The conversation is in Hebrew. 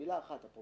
מילה אחת.